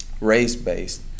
race-based